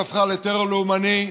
שהפכה לטרור לאומני.